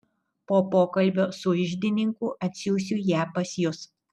po pokalbio su iždininku atsiųsiu ją pas jus